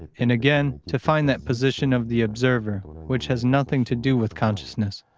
and again, to find that position of the observer which has nothing to do with consciousness.